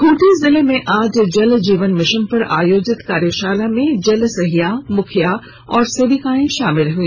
खूंटी जिले में आज जल जीवन मिशन पर आयोजित कार्यशाला में जलसहिया मुखिया व सेविकाएं शामिल हुई